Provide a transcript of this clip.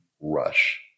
rush